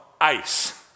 ice